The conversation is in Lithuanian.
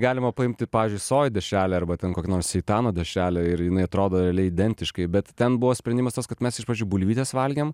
galima paimti pavyzdžiui sojų dešrelę arba ten kokią nors seitano dešrelę ir jinai atrodo identiškai bet ten buvo sprendimas tas kad mes iš pradžių bulvytes valgėm